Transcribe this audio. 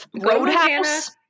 Roadhouse